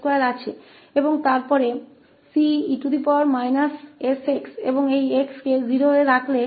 और फिर 𝑐𝑒 −𝑠𝑥 और इसे xसे 0 पर रखने पर हमारे पास 1 होता है